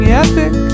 epic